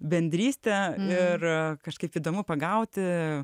bendrystę ir kažkaip įdomu pagauti